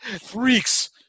freaks